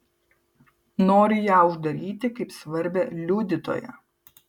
nori ją uždaryti kaip svarbią liudytoją